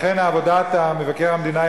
והמלווה של משרד מבקר המדינה.